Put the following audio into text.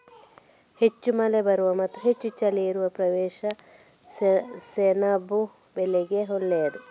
ಹೆಚ್ಚು ಮಳೆ ಬರುವ ಮತ್ತೆ ಹೆಚ್ಚು ಚಳಿ ಇರುವ ಪ್ರದೇಶ ಸೆಣಬು ಬೆಳೆಗೆ ಒಳ್ಳೇದು